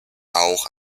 auch